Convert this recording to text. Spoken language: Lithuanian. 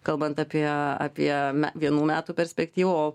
kalbant apie apie vienų metų perspektyvą o